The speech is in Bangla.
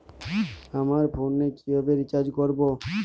আমার ফোনে কিভাবে রিচার্জ করবো?